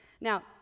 Now